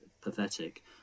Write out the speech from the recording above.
pathetic